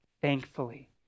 thankfully